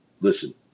listen